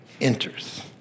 enters